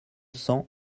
cents